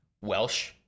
Welsh